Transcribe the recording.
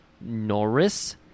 Norris